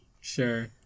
Sure